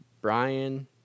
brian